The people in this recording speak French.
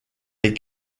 les